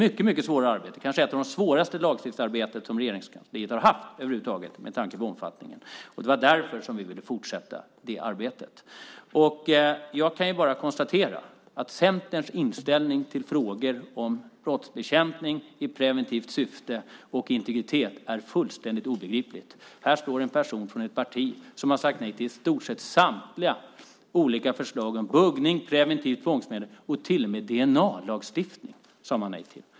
Det kanske är ett av de svåraste lagstiftningsarbeten som Regeringskansliet någonsin har haft med tanke på omfattningen. Därför ville vi fortsätta arbetet. Jag kan bara konstatera att Centerns inställning till frågor om brottsbekämpning i preventivt syfte och integritet är fullständigt obegriplig. Här står en person från ett parti som har sagt nej till i stort sett samtliga förslag om buggning, preventivt tvångsmedel och till och med dna-lagstiftning.